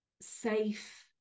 safe